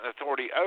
authority